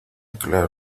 claro